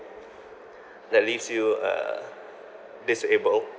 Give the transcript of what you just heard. that leaves you uh disabled